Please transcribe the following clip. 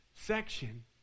section